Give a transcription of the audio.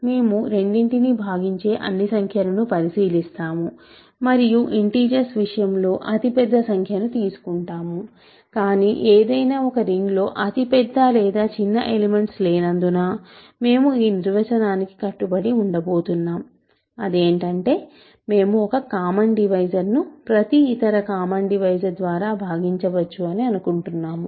మేము రెండింటినీ భాగించే అన్ని సంఖ్యలను పరిశీలిస్తాము మరియు ఇంటిజర్స్ విషయంలో అతి పెద్ద సంఖ్యను తీసుకుంటాము కాని ఏదైనా ఒక రింగ్లో అతి పెద్ద లేదా చిన్న ఎలిమెంట్స్ లేనందున మేము ఈ నిర్వచనానికి కట్టుబడి ఉండబోతున్నాం అదేంటంటే మేము ఒక కామన్ డివైజర్ ను ప్రతి ఇతర కామన్ డివైజర్ ద్వారా భాగించవచ్చు అని అనుకుంటున్నాము